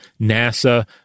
NASA